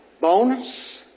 Bonus